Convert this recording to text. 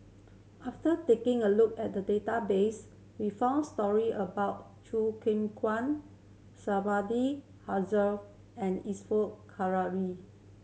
after taking a look at the database we found story about Choo Keng Kwang and